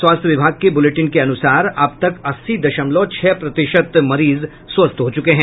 स्वास्थ्य विभाग के बुलेटिन के अनुसार अब तक अस्सी दशमलव छह प्रतिशत मरीज स्वस्थ हो चूके हैं